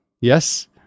Yes